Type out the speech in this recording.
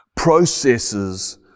Processes